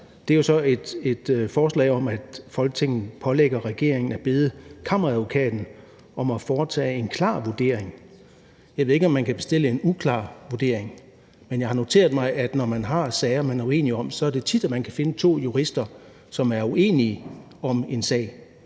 jo så et forslag om, at Folketinget pålægger regeringen at bede Kammeradvokaten om at foretage en klar vurdering. Jeg ved ikke, om man kan bestille en uklar vurdering. Men jeg har noteret mig, at når man har sager, man er uenige om, er det tit, at man kan finde to jurister, som er uenige om en sag